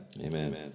Amen